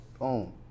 boom